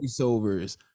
voiceovers